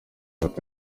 ati